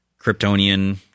Kryptonian